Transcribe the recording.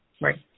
Right